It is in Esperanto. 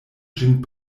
ĝin